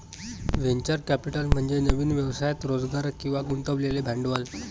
venture capital म्हणजे नवीन व्यवसायात रोजगार किंवा गुंतवलेले भांडवल